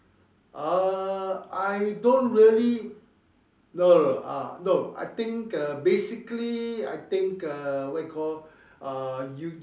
uh I don't really no no ah no I think uh basically I think uh what you call uh you you